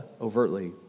overtly